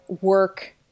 work